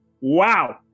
Wow